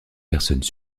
personnes